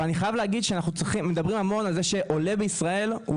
אבל אני חייב להגיד שאנחנו מדברים המון על זה שעולה בישראל הוא